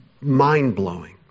mind-blowing